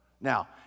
Now